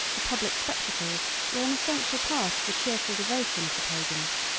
the public spectacles were an essential part of the cheerful devotion of the pagans,